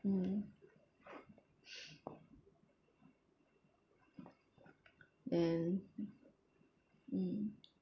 mm then mm mm